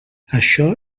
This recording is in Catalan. això